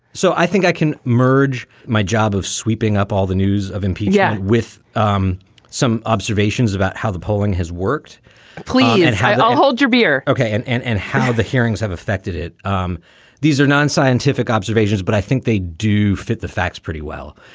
so i think i can merge my job of sweeping up all the news of impeachment with um some observations about how the polling has worked please and don't ah hold your beer. okay. and and and how the hearings have affected it um these are non-scientific observations, but i think they do fit the facts pretty well.